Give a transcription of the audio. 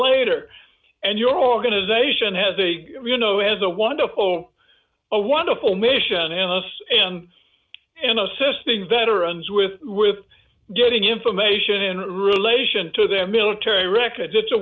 later and your organization has a rino as a wonderful a wonderful mission and us and assisting veterans with with getting information in relation to their military records it's a